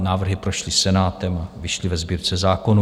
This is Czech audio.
Návrhy prošly Senátem, vyšly ve Sbírce zákonů.